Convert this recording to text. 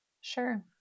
Sure